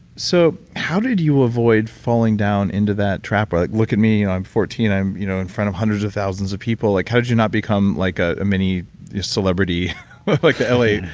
so how did you avoid falling down into that trap where you're like, look at me. i'm fourteen. i'm you know in front of hundreds of thousands of people? like how did you not become like ah a mini celebrity, but like the l a.